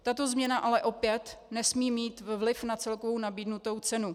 Tato změna ale opět nesmí mít vliv na celkovou nabídnutou cenu.